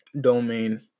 domain